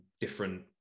different